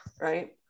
Right